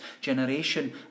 generation